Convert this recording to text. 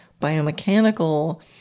biomechanical